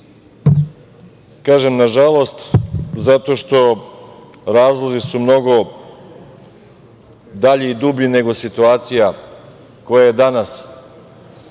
Kažem, nažalost, zato što su razlozi mnogo dalji i dublji nego situacija koja je danas. Pre